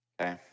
Okay